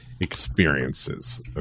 experiences